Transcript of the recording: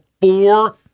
four